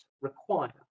require